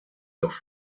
los